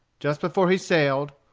just before he sailed,